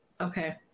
Okay